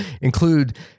include